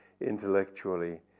intellectually